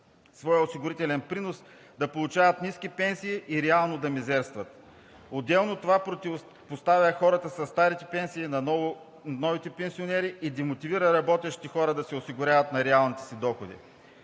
своя осигурителен принос да получават ниски пенсии и реално да мизерстват. Отделно от това противопоставя хората със старите пенсиите на новите пенсионери и демотивира работещите хора да се осигуряват на реалните си доходи.